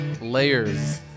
layers